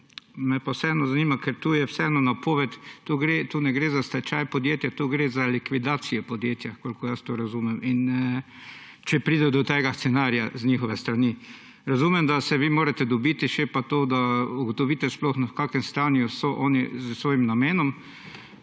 Me pa vseeno zanima, ker to je vseeno napoved, tu ne gre za stečaj podjetja, tu gre za likvidacijo podjetja, kakor jaz to razumem, in če pride do tega scenarija z njihove strani. Razumem, da se vi morate še dobiti, da sploh ugotovite, v kakšnem stanju so oni s svojim namenom.